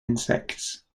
insects